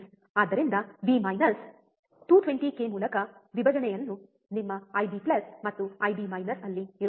ಆದ್ದರಿಂದ V minus 220 K ಮೂಲಕ ವಿಭಜನೆಯನ್ನು ನಿಮ್ಮ ಐಬಿ IB ಮತ್ತು ಐಬಿ ಅಲ್ಲಿ ಇರುತ್ತದೆ